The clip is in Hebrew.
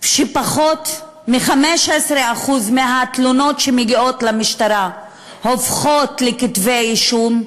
שפחות מ-15% מהתלונות שמגיעות למשטרה הופכות לכתבי-אישום,